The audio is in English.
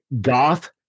goth